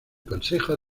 consejo